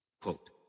Quote